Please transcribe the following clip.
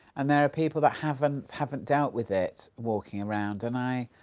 and there are people that haven't haven't dealt with it walking around and, i.